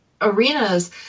arenas